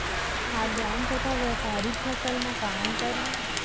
खाद्यान्न तथा व्यापारिक फसल मा का अंतर हे?